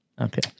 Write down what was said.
Okay